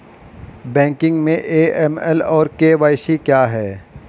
Banking में AML और KYC क्या हैं?